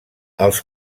els